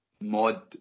mod